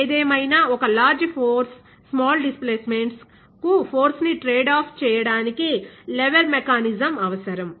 ఏదేమైనా ఒక large force small displacements కు ఫోర్స్ని ట్రేడ్ ఆఫ్చేయడానికి లెవెర్ మెకానిజం అవసరం